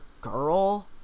girl